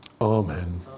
Amen